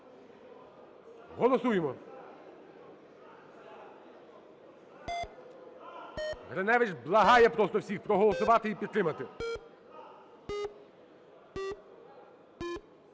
Голосуємо! Гриневич благає просто всіх проголосувати і підтримати.